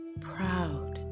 proud